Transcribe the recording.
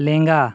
ᱞᱮᱸᱜᱟ